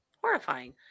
Horrifying